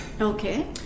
Okay